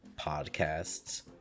Podcasts